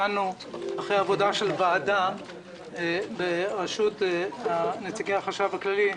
אחרי עבודה של ועדה בראשות נציגי החשב הכללי,